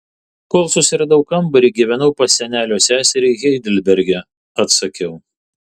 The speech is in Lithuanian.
kol susiradau kambarį gyvenau pas senelio seserį heidelberge atsakiau